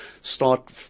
start